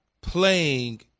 playing